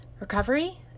recovery